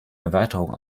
erweiterung